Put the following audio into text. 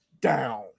down